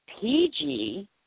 PG